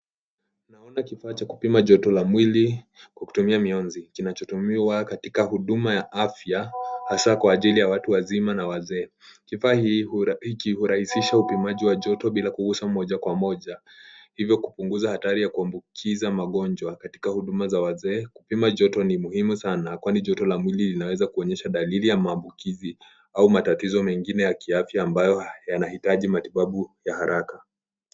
Naona kifaa cha kupima joto la mwili kwa kutumia mionzi, kinachotumiwa katika huduma ya afya hasa kwa ajili ya watu wazima na wazee. Kifaa hii hurahisisha upimaji wa joto bila kugusa moja kwa moja, hivyo kupunguza hatari ya kuambukiza magonjwa . Katika huduma za wazee, kupima joto n muhimu sana kwani joto la mwili linaweza kuonyesha dalili ya maambukizi au matatizo mengine ya kiafya ambayo yanahitaji matibabu ya haraka.